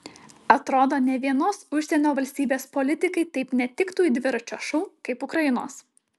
atrodo nė vienos užsienio valstybės politikai taip netiktų į dviračio šou kaip ukrainos